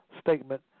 statement